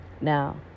Now